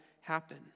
happen